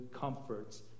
comforts